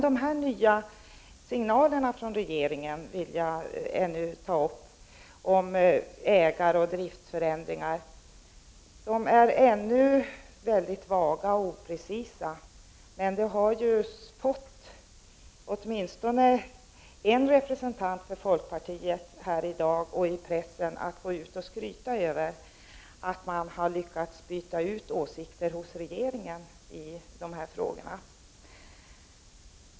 De nya signalerna från regeringen vill jag beröra. De handlar om ägaroch driftsförändringar. De är ännu väldigt vaga och oprecisa. Men de har fått åtminstone en representant för folkpartiet att här i dag och i pressen gå ut och skryta med att man har lyckats byta ut regeringens åsikter i dessa frågor.